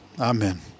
Amen